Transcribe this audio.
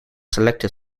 selected